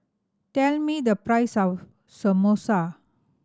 tell me the price of Samosa